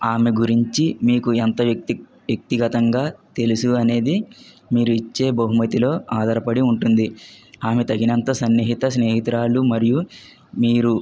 ఆమె గురించి మీకు ఎంత వ్యక్తి వ్యక్తిగతంగా తెలుసు అనేది మీరు ఇచ్చే బహుమతిలో ఆధారపడి ఉంటుంది ఆమె తగినంత సన్నిహిత స్నేహితురాళ్ళు మరియు మీరు